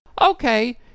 Okay